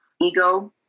ego